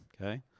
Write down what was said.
okay